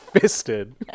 fisted